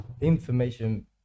Information